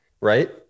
right